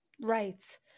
Right